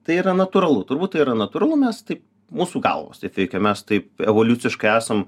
tai yra natūralu turbūt tai yra natūralu mes taip mūsų galvos taip veikia mes taip evoliuciškai esam